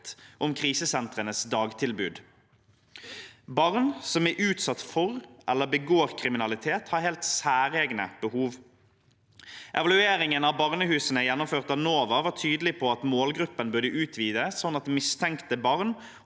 om krisesentrenes dagtilbud. Barn som er utsatt for eller begår kriminalitet, har helt særegne behov. Evalueringen av barnehusene gjennomført av NOVA var tydelig på at målgruppen burde utvides, sånn at mistenkte barn